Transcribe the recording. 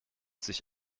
sich